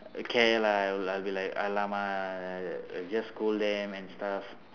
care lah like I'll be like !alamak! just scold them and stuff